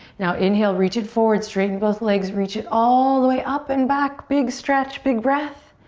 now inhale, reach it forward, straighten both legs. reach it all the way up and back. big stretch, big breath.